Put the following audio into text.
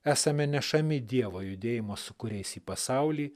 esame nešami dievo judėjimo sūkuriais į pasaulį